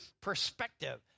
perspective